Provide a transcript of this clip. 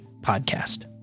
podcast